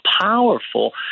powerful